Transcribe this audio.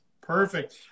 Perfect